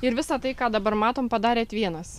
ir visa tai ką dabar matom padarėt vienas